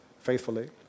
faithfully